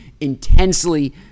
intensely